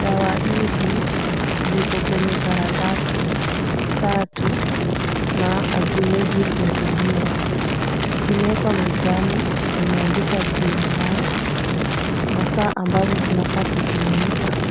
Sawa hizi ziko kwenye karatasi tatu na haziwezi funguliwa. Zimewekwa mezani wameandika jina yao, masaa ambazo zinafaa kutumika